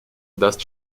даст